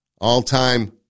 all-time